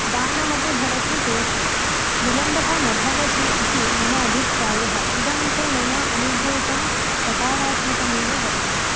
दानमपि भवति तेषां विलम्बः न भवति इति मम अभिप्रायः इदं तु मया अनुभूतं सकारात्मकमेव वर्तते